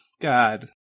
God